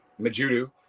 Majudu